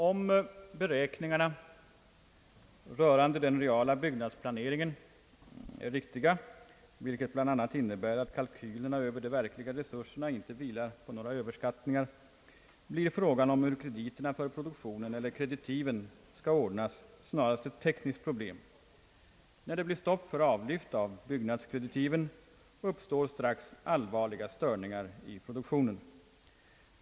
Om beräkningarna rörande den reella byggnadsplaneringen är riktiga, vilket bland annat innebär att kalkylerna över de verkliga resurserna inte vilar på några överskattningar, blir frågan om hur kreditiven kan ordnas snarast ett tekniskt problem. När det blir stopp för avlyft av byggnadskreditiv uppstår strax allvarliga störningar av produktionen.